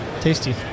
Tasty